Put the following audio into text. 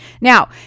Now